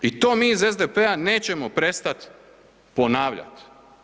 I to mi iz SDP-a nećemo prestati ponavljati.